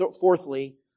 fourthly